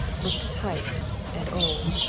looked tight and old.